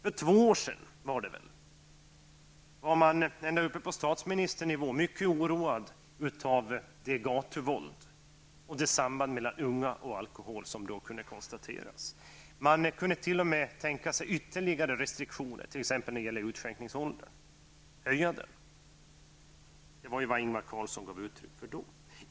För två år sedan var man på statsministernivå mycket oroad för det gatuvåld och det samband mellan unga och alkohol som då kunde konstateras. Man kunde t.o.m. tänka sig ytterligare restriktioner, exempelvis kunde man tänka sig att höja utskänkningsåldern. Det var vad Ingvar Carlsson gav uttryck för då.